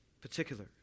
particular